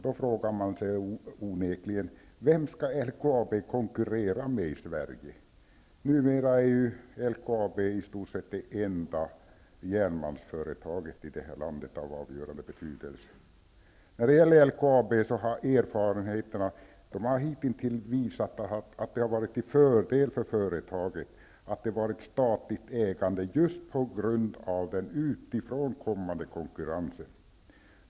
Då frågar man sig onekligen: Vem skall LKAB konkurrera med i Sverige? Numera är LKAB i stort sett det enda järnmalmsföretaget av avgörande betydelse i det här landet. När det gäller LKAB har erfarenheterna hitintills visat att det har varit till fördel för företaget med ett statligt ägande just på grund av den utifrån kommande konkurrensen.